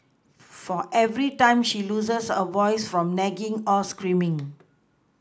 for every time she loses her voice from nagging or screaming